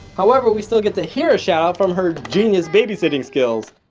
however we still get to hear a shout out from her genius babysitting skills.